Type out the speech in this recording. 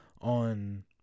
on